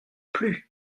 plus